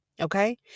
Okay